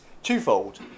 twofold